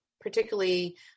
particularly